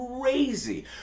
crazy